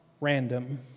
random